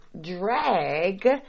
drag